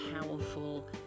powerful